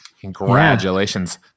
Congratulations